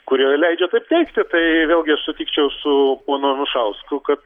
kurie leidžia taip teigti tai vėlgi aš sutikčiau su ponu anušausku kad